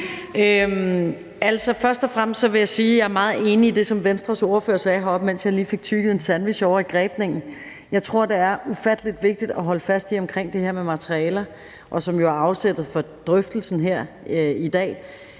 Først og fremmest vil jeg sige, at jeg er meget enig i det, som Venstres ordfører sagde heroppe, mens jeg lige fik tygget en sandwich ovre i grebningen. I forhold til det her med materialer, som jo er afsættet for drøftelsen her i dag,